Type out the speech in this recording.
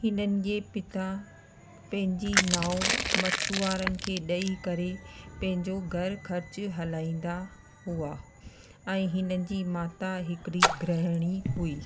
हिननि जे पिता पंहिंजी नाओ मछुआरनि खे ॾेई करे पंहिंजो घर ख़र्चु हलाईंदा हुआ ऐं हिननि जी माता हिकिड़ी ग्रहणी हुई